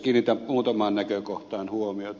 kiinnitän muutamaan näkökohtaan huomiota